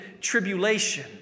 tribulation